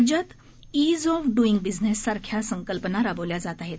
राज्यात ease of doing business सारख्या संकल्पना राबवल्या जात आहोत